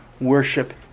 worship